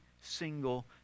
single